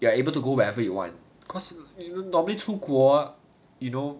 you are able to go wherever you want cause even normally 出国 you know